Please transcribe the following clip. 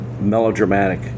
melodramatic